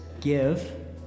Give